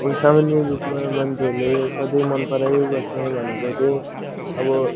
अब सामान्य रूपमा मान्छेहरूले सधैँ मनपराइ बस्ने भनेको चाहिँ अब